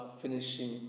finishing